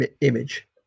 image